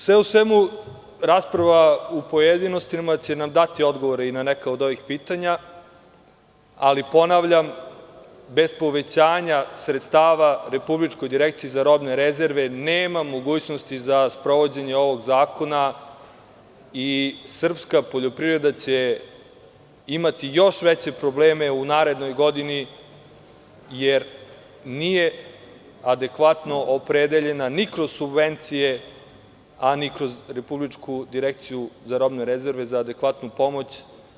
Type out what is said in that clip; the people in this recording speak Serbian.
Sve u svemu, rasprava u pojedinostima će nam dati odgovore i na neka od ovih pitanja, ali, ponavljam, bez povećanja sredstava Republičkoj direkciji za robne rezerve nema mogućnosti za sprovođenje ovog zakona i srpska poljoprivreda će imati još veće probleme u narednoj godini, jer nije adekvatno opredeljena ni kroz subvencije, a ni kroz Republičku direkciju za robne rezerve za adekvatnu pomoć.